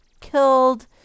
killed